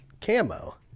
camo